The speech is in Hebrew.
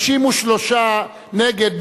53 נגד,